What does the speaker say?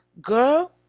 Girl